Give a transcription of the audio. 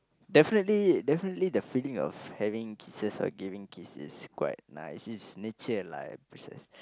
definitely definitely the feeling of having kisses or giving kiss is quite nice is nature lah